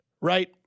right